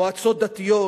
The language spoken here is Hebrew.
מועצות דתיות,